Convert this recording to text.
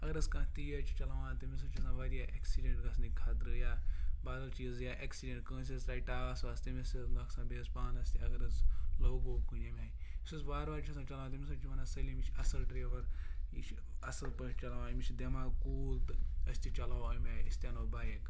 اگر حظ کانٛہہ تیز چھِ چَلاوان تٔمِس حظ چھِ گژھان واریاہ ایٚکسِڈٮ۪نٛٹ گژھنٕکۍ خطرٕ یا بدل چیٖز یا ایٚکسِڈٮ۪نٛٹ کٲنٛسہِ حظ ترٛایہِ ٹاس واس تٔمِس تہِ حظ نۄقصان بیٚیہِ حظ پانَس تہِ اگر حظ لوٚگ ووٚگ کُنہِ ییٚمہِ آیہِ وٕچھ حظ وارٕ وارٕ چھِ آسان چَلاوُن تٔمِس حظ چھِ وَنان سٲلِم یہِ چھِ اَصٕل ڈرٛیوَر یہِ چھِ اَصٕل پٲٹھۍ چَلاوان أمِس چھِ دٮ۪ماغ کوٗل تہٕ أسۍ تہِ چَلاوَو اَمہِ آیہِ أسۍ تہِ اَنو بایِک